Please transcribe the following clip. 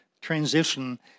transition